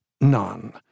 none